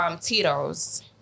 Tito's